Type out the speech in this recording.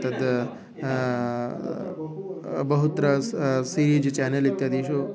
तद् बहुत्र स् सीज् चानल् इत्यादीषु